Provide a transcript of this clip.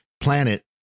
planet